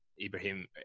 ibrahim